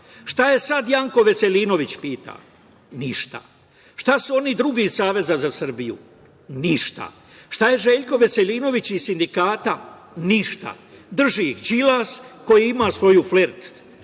Šta je sada? Janko Veselinović pita. Ništa. Šta su oni drugi iz Saveza za Srbiju? Ništa. Šta je Željko Veselinović iz sindikata? Ništa. Drži Đilas koji ima svoju stranku